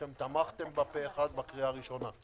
אתם תמכתם בה פה אחד בקריאה ראשונה.